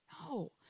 No